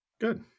good